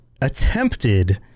attempted